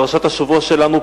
פרשת השבוע שלנו,